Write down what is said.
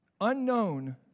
Unknown